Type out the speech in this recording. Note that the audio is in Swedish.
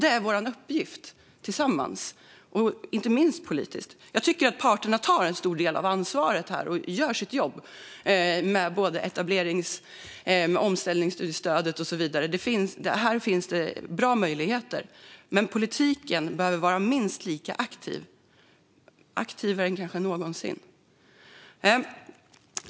Detta är vår gemensamma uppgift, inte minst politiskt. Jag tycker att parterna tar en stor del av ansvaret och gör sitt jobb med omställningsstudiestödet och så vidare. Här finns det bra möjligheter. Men politiken behöver vara minst lika aktiv - kanske aktivare än någonsin.